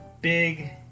big